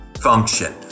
function